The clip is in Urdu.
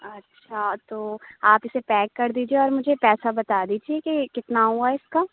اچھا تو آپ اِسے پیک کر دیجیے اور مجھے پیسہ بتا دیجیے کہ کتنا ہُوا اِس کا